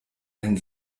ein